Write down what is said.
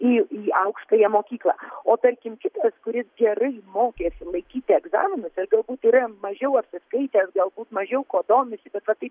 į į aukštąją mokyklą o tarkim kitas kuris gerai mokėsi laikyti egzaminus ir galbūt yra mažiau apsiskaitęs galbūt mažiau kuo domisi bet va taip